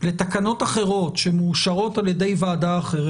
לתקנות אחרות שמאושרות על ידי ועדה אחרת